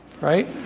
Right